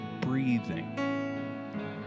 breathing